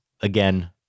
again